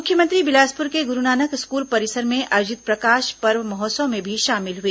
मुख्यमंत्री बिलासपुर के गुरूनानक स्कूल परिसर में आयोजित प्रकाश पर्व महोत्सव में भी शामिल हुए